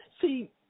See